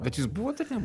bet jūs buvote ten